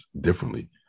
differently